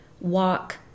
walk